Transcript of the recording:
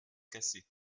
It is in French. cassée